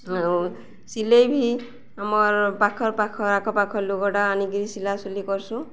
ଆଉ ସିଲେଇ ବି ଆମର୍ ପାଖ ପାଖ ଆଖ ପାଖ ଲୁଗଟା ଆଣିକିରି ସିଲାସୁଲି କରସୁଁ